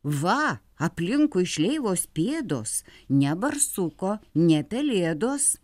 va aplinkui šleivos pėdos ne barsuko ne pelėdos